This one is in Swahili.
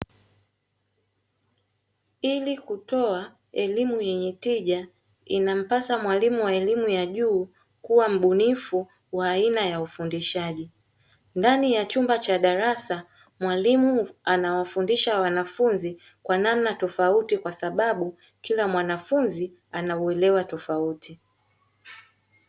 Ili kutoa elimu yenye tija inampasa mwalimu wa elimu ya juu kuwa mbunifu wa aina ya ufundishaji. Ndani ya chumba cha darasa mwalimu anawafundisha wanafunzi kwa namna tofauti kwa sababu kila mwanafunzi anauelewa tofauti.